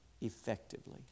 effectively